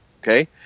Okay